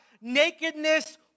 nakedness